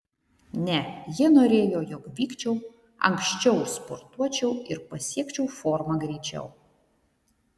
ne jie norėjo jog vykčiau anksčiau sportuočiau ir pasiekčiau formą greičiau